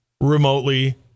remotely